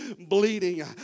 bleeding